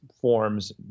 forms